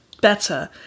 better